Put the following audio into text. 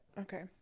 Okay